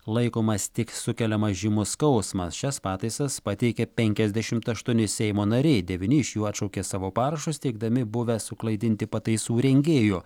laikomas tik sukeliamas žymus skausmas šias pataisas pateikė penkiasdešimt aštuoni seimo nariai devyni iš jų atšaukė savo parašus teigdami buvę suklaidinti pataisų rengėjų